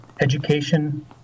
education